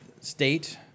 state